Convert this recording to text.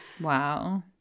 Wow